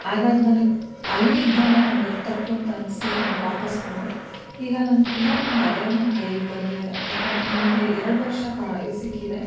ಆಗ ಅದು ನನಗೆ ಅಲ್ಲಿದ್ದಾಗ ನನ್ಗೆ ಅದು ತಪ್ಪು ಅಂತ ಅನ್ನಿಸಿ ನಾನು ವಾಪಸ್ಸು ಬಂದೆ ಈಗ ನನ್ಗೆ ಪುನಃ ನನ್ಗೆ ಅದೇ ನನ್ನ ಕೈಗೆ ಬಂದಿದೆ ಯಾಕಾನ ನನಗೆ ಎರಡು ವರ್ಷ ಕಾ ಸಿಕ್ಕಿದೆ